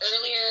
earlier